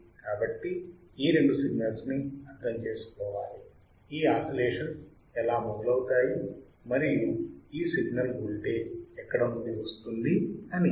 కాబట్టి ఈ రెండు సిగ్నల్స్ ని అర్ధము చేసుకోవాలి ఈ ఆసిలేషన్స్ ఎలా మొదలవుతాయి మరియు ఈ సిగ్నల్ వోల్టేజ్ ఎక్కడ నుండి వస్తుంది అని